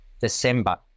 December